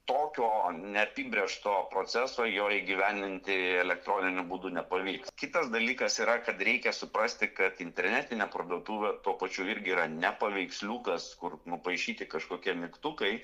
tokio neapibrėžto proceso jo įgyvendinti elektroniniu būdu nepavyks kitas dalykas yra kad reikia suprasti kad internetinė parduotuvė tuo pačiu irgi yra ne paveiksliukas kur nupaišyti kažkokie mygtukai